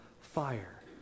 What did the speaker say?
fire